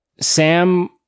Sam